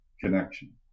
connection